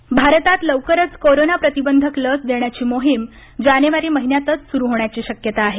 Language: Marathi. लसीकरण भारतात लवकरच कोरोना प्रतिबंध लस देण्याची मोहिम जानेवारी महिन्यातच सुरु होण्याची शक्यता आहे